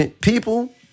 people